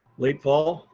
late fall.